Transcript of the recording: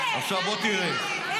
עכשיו, בוא תראה --- מה זה?